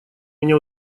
меня